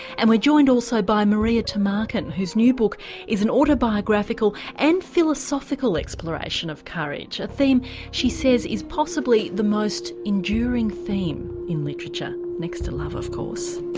and we're joined also by maria tumarkin whose new book is an autobiographical and philosophical exploration of courage, a theme she says is possibly the most enduring theme in literature, next to love of course.